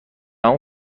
اون